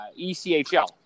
ECHL